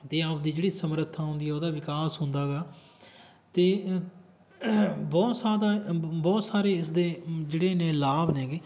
ਅਤੇ ਆਪਣੀ ਜਿਹੜੀ ਸਮਰੱਥਾ ਹੁੰਦੀ ਉਹਦਾ ਵਿਕਾਸ ਹੁੰਦਾ ਗਾ ਅਤੇ ਬਹੁਤ ਸਾਦਾ ਬਹੁਤ ਸਾਰੇ ਇਸਦੇ ਜਿਹੜੇ ਨੇ ਲਾਭ ਨੇਗੇ